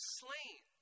slain